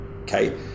Okay